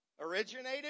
Originated